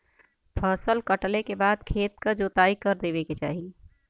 फसल कटले के बाद खेत क जोताई कर देवे के चाही